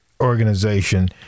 organization